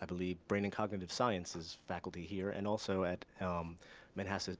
i believe brain and cognitive sciences faculty here, and also at manhasset